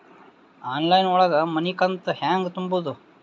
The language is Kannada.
ಆನ್ಲೈನ್ ಒಳಗ ಮನಿಕಂತ ಹ್ಯಾಂಗ ತುಂಬುದು?